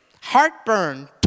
heartburn